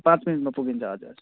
पाँच मिनेटमा पुगिन्छ हजुर